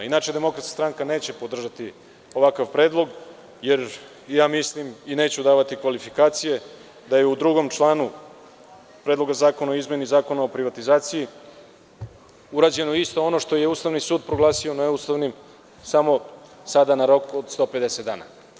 Inače, DS neće podržati ovakav predlog jer mislim, i neću davati kvalifikacije, da je u članu 2. Predloga zakona o izmeni Zakona o privatizaciji urađeno isto ono što je Ustavni sud proglasio neustavnim samo sada na rok od 150 dana.